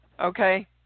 okay